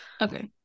Okay